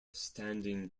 standing